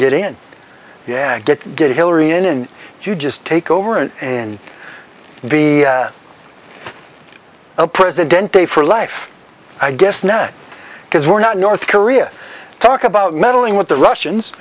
get in yeah get get hillary in if you just take over and and be a president day for life i guess now because we're not north korea talk about meddling with the russians